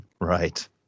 Right